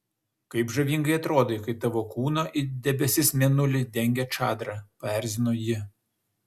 kaip žavingai atrodai kai tavo kūną it debesis mėnulį dengia čadra paerzino ji